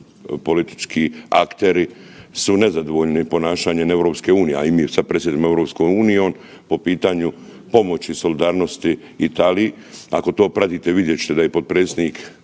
politički akteri su nezadovoljni ponašanjem EU, a i mi sada predsjedamo EU po pitanju pomoći i solidarnosti Italiji. Ako to pratite vidjet ćete da je potpredsjednik